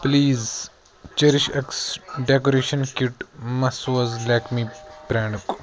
please cherish X decoration kit مہ سوز لیکمی برینڈُک